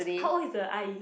how old is the 阿姨:Ah Yi